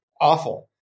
awful